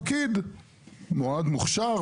פקיד מאוד מוכשר,